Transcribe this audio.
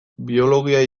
biologia